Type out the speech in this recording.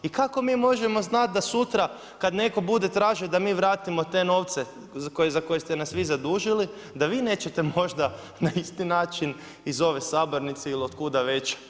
I kako mi možemo znati da sutra kad netko bude tražio da mi vratimo te novce, za koje ste nas vi zadužili, da vi nećete možda na isti način iz ove sabornice ili od kuda već